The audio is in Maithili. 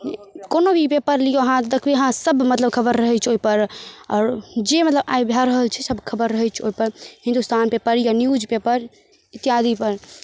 कोनो भी पेपर लिअऽ अहाँ देखबै अहाँसभ मतलब खबर रहै छै ओहिपर आओर जे मतलब आइ भऽ रहल छै सब खबर रहै छै ओहिपर हिन्दुस्तान पेपर न्यूज पेपर इत्यादिपर